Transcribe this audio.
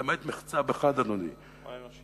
למעט מחצב אחד, אדוני, האנושי.